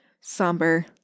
somber